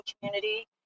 community